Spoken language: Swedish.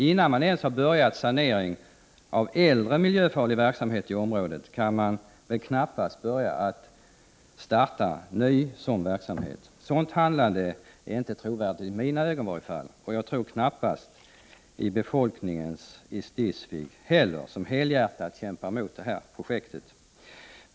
Innan ens saneringen av äldre miljöfarlig verksamhet har påbörjats, är det väl knappast möjligt att starta ny sådan verksamhet. Ett sådant handlande är inte trovärdigt i mina ögon, och knappast för befolkningen i Stidsvig heller, som helhjärtat kämpar mot detta projekt.